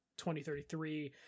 2033